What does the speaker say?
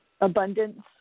abundance